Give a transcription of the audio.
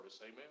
amen